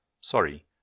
Sorry